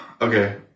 Okay